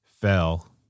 fell